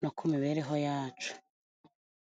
no ku mibereho yacu.